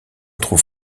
trouve